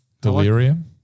Delirium